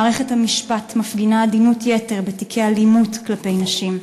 מערכת המשפט מפגינה עדינות-יתר בתיקי אלימות כלפי נשים,